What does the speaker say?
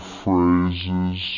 phrases